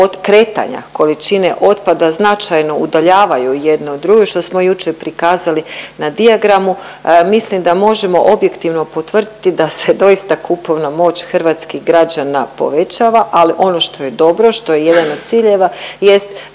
kretanja količine otpada značajno udaljavaju jedno od drugog, što smo jučer prikazali na dijagramu. Mislim da možemo objektivno potvrditi da se doista kupovna moć hrvatskih građana povećava, ali ono što je dobro, što je jedan od ciljeva, jest